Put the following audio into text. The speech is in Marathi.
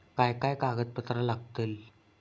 काय काय कागदपत्रा लागतील?